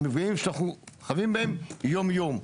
הם מפגעים שאנחנו חווים בהם יום יום.